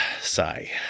Sigh